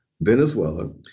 Venezuela